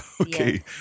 Okay